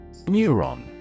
Neuron